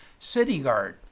CityGuard